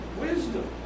Wisdom